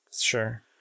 Sure